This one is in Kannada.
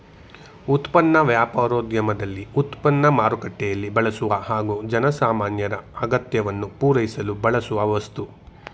ಉತ್ಪನ್ನ ವ್ಯಾಪಾರೋದ್ಯಮದಲ್ಲಿ ಉತ್ಪನ್ನ ಮಾರುಕಟ್ಟೆಯಲ್ಲಿ ಬಳಸುವ ಹಾಗೂ ಜನಸಾಮಾನ್ಯರ ಅಗತ್ಯವನ್ನು ಪೂರೈಸಲು ಬಳಸುವ ವಸ್ತು